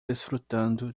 desfrutando